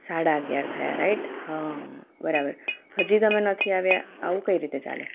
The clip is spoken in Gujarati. સાડા અગિયાર થયા રાઇટ હં બરાબર હજી તમે નથી આવ્યા આવું કઈ રીતે ચાલે